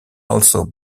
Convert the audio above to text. also